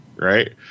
Right